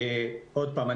עוד פעם,